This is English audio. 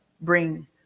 bring